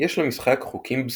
יש למשחק חוקים בסיסיים,